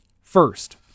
first